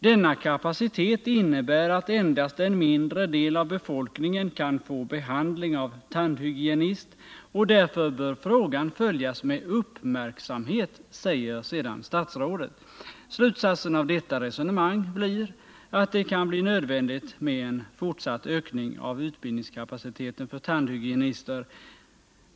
Denna kapacitet innebär att endast en mindre del av befolkningen kan få behandling av tandhygienist, och därför bör frågan ”följas med uppmärksamhet”, säger sedan statsrådet. Slutsatsen av detta resonemang blir att det kan bli nödvändigt med en fortsatt ökning av utbildningskapaciteten för tandhygienister.